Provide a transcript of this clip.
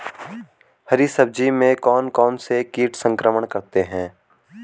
हरी सब्जी में कौन कौन से कीट संक्रमण करते हैं?